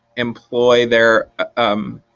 employ their um